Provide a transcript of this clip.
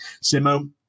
Simo